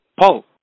Paul